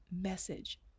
message